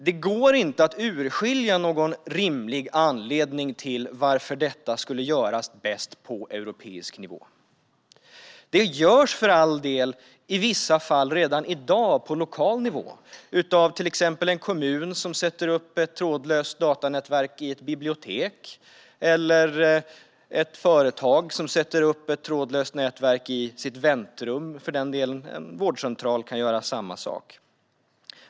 Det går inte att urskilja någon rimlig anledning till att detta skulle göras bäst på europeisk nivå. Det görs för all del i vissa fall redan i dag på lokal nivå av exempelvis en kommun som sätter upp ett trådlöst datanätverk i ett bibliotek eller ett företag som sätter upp ett trådlöst nätverk i sitt väntrum, och en vårdcentral kan för den delen göra samma sak.